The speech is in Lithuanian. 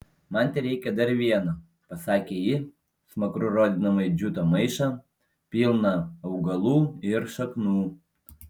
man tereikia dar vieno pasakė ji smakru rodydama į džiuto maišą pilną augalų ir šaknų